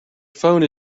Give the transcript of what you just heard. phone